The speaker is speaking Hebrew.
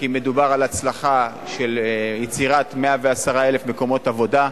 כי מדובר על הצלחה של יצירת 110,000 מקומות עבודה,